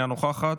אינה נוכחת.